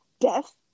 death